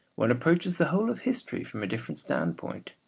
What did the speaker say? one approaches the whole of history from a different standpoint.